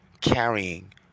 carrying